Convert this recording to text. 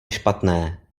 špatné